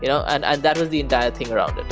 you know and and that was the entire thing around it.